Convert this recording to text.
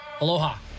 Aloha